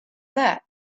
that